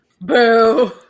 Boo